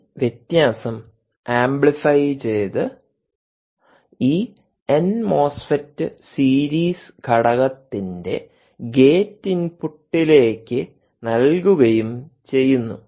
ഈ വ്യത്യാസം ആംപ്ലിഫൈ ചെയ്തു ഈ n മോസ്ഫെറ്റ് സീരീസ് ഘടകത്തിന്റെ ഗേറ്റ് ഇൻപുട്ടിലേക്ക് നൽകുകയും ചെയ്യുന്നു